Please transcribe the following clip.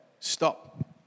Stop